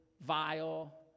vile